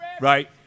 Right